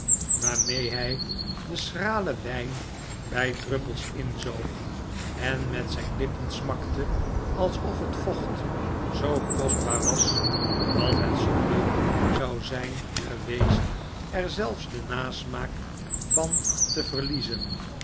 waarmee hij den schralen wijn bij druppels inzoog en met zijn lippen smakte alsof het vocht zoo kostbaar was dat het zonde zou zijn geweest er zelfs den nasmaak van te verliezen